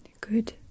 good